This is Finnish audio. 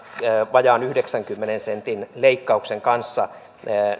vajaan yhdeksänkymmenen sentin leikkauksen kanssa